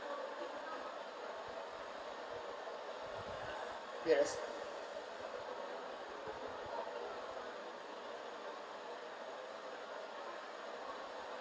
dearest